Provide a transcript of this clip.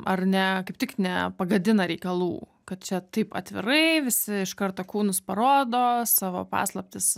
ar ne kaip tik nepagadina reikalų kad čia taip atvirai visi iš karto kūnus parodo savo paslaptis